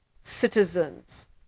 citizens